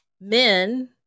men